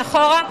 מאחור.